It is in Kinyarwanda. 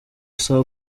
saa